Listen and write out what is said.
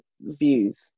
views